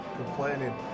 complaining